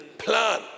Plan